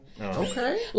Okay